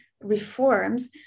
reforms